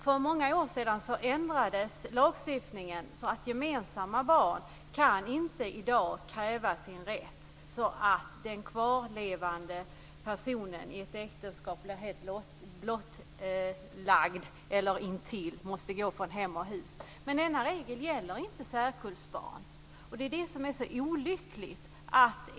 För många år sedan ändrades lagstiftningen så att gemensamma barn i dag inte kan kräva sin rätt och därmed orsaka att den kvarlevande personen i ett äktenskap blir helt utblottad och måste gå från hus och hem. Men denna regel gäller inte särkullbarn. Det är detta som är så olyckligt.